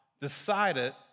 decided